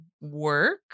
work